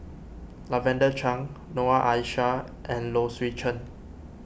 Lavender Chang Noor Aishah and Low Swee Chen